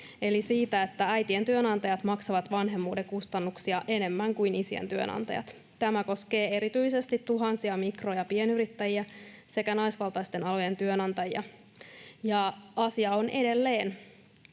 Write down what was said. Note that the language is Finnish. eli siitä, että äitien työnantajat maksavat vanhemmuuden kustannuksia enemmän kuin isien työnantajat. Tämä koskee erityisesti tuhansia mikro- ja pienyrittäjiä sekä naisvaltaisten alojen työnantajia, ja asia on edelleen